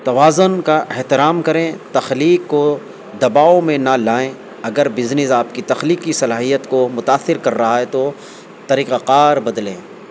توازن کا احترام کریں تخلیق کو دباؤ میں نہ لائیں اگر بزنس آپ کی تخلیقی صلاحیت کو متاثر کر رہا ہے تو طریقہ کار بدلیں